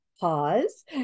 pause